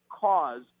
cause